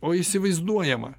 o įsivaizduojamą